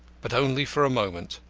but only for a moment.